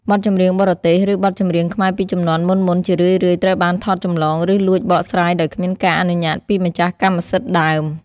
បទចម្រៀងបរទេស ឬបទចម្រៀងខ្មែរពីជំនាន់មុនៗ ជារឿយៗត្រូវបានថតចម្លង ឬលួចបកស្រាយដោយគ្មានការអនុញ្ញាតពីម្ចាស់កម្មសិទ្ធិដើម។